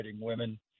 women